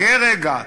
חכה רגע,